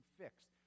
fixed